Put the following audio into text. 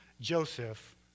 Joseph